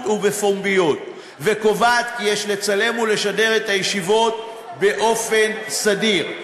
ובפומביות וקובעת כי יש לצלם ולשדר את הישיבות באופן סדיר.